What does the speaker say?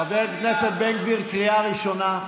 חבר הכנסת בן גביר, קריאה ראשונה.